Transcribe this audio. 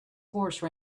horse